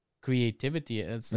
creativity